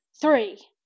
Three